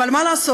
אבל מה לעשות